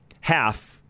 half—